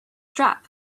strap